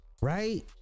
right